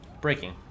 breaking